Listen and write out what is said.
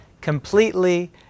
completely